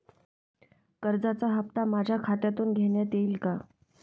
कर्जाचा हप्ता माझ्या खात्यातून घेण्यात येईल का?